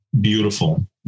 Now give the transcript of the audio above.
beautiful